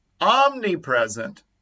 omnipresent